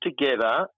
together